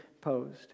posed